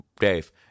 Dave